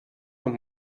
noch